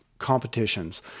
Competitions